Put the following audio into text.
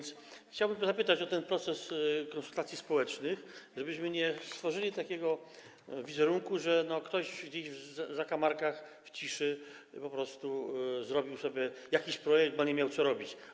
Chciałbym zapytać o ten proces konsultacji społecznych, żebyśmy nie stworzyli takiego wizerunku, że ktoś gdzieś w zakamarkach, w ciszy po prostu zrobił sobie jakiś projekt, bo nie miał co robić.